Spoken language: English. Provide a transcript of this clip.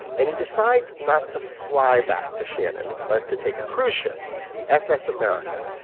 and he decides not to fly back to shannon but to take a cruise ship the ss america.